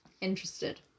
interested